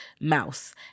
mouse